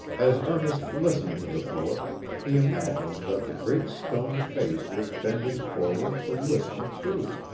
as ernest listened to the poet, he imagined that the great stone face was bending forward to listen too.